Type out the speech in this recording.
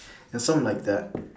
ya something like that